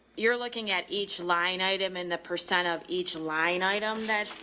you're looking at each line item in the percent of each line item that,